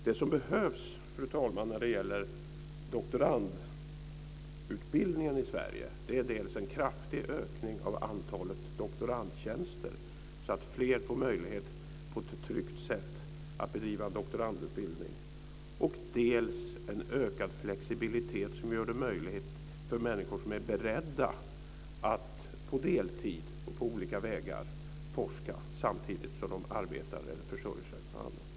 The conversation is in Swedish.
Det som behövs, fru talman, när det gäller doktorandutbildningen i Sverige är dels en kraftig ökning av antalet doktorandtjänster, så att fler får möjlighet att på ett tryggt sätt bedriva doktorandutbildning, dels en ökad flexibilitet som gör det möjligt för människor som är beredda att på deltid och på olika vägar forska samtidigt som de arbetar eller försörjer sig med annat.